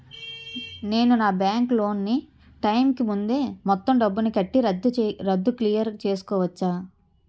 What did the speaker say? నేను నా bank loan నీ టైం కీ ముందే మొత్తం డబ్బుని కట్టి రద్దు క్లియర్ చేసుకోవచ్చా?